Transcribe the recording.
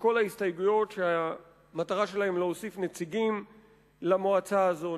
בכל ההסתייגויות שהמטרה שלהן להוסיף נציגים למועצה הזו,